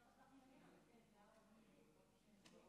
הכנסת, הינני מתכבדת להודיעכם, כי הונחו